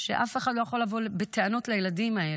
אף אחד לא יכול לבוא בטענות לילדים האלה,